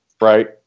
right